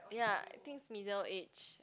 ya I think is middle age